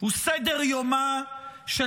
הוא סדר-יומה של